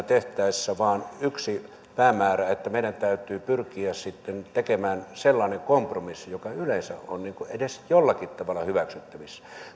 tehtäessä vain yksi päämäärä meidän täytyy pyrkiä tekemään sellainen kompromissi joka yleensä on edes jollakin tavalla hyväksyttävissä